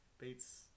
Beats